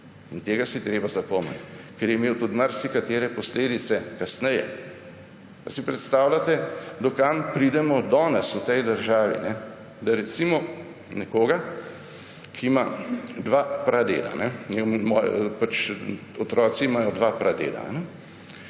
in tega si je treba zapomniti, ker je imel tudi marsikatere posledice kasneje. Ali si predstavljate, do kam pridemo danes v tej državi? Recimo nekdo, ki ima dva pradeda, otroci imajo dva pradeda.